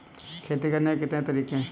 खेती करने के कितने तरीके हैं?